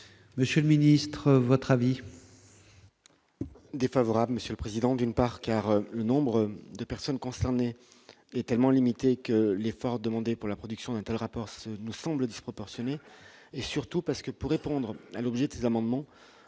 monsieur le ministre, votre avis.